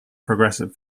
progressive